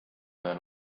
veel